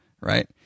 Right